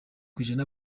kw’ijana